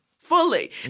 fully